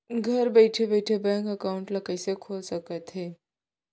घर बइठे बइठे बैंक एकाउंट ल कइसे खोल सकथे?